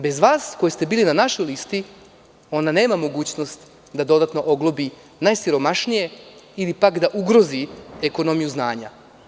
Bez vas, koji ste bili na našoj listi, ona nema mogućnost da dodatno oglobi najsiromašnije ili da ugrozi ekonomiju znanja.